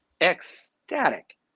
Ecstatic